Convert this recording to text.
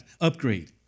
Upgrade